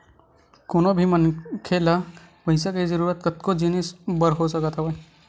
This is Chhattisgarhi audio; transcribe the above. कोनो भी मनखे ल पइसा के जरुरत कतको जिनिस बर हो सकत हवय